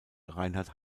reinhard